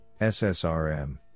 SSRM